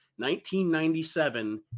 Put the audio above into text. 1997